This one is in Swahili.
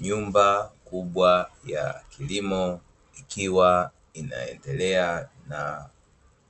Nyumba kubwa ya kilimo, ikiwa inaendela na